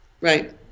Right